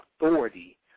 authority